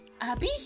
Abby